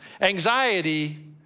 anxiety